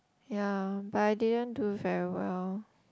ya but I didn't do very well